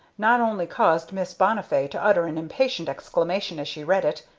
not only caused miss bonnifay to utter an impatient exclamation as she read it,